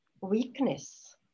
weakness